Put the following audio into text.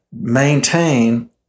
maintain